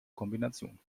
kombination